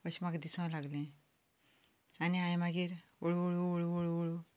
अशें म्हाका दिसूंक लागलें आनी हावें मागीर हळू हळू हळू हळू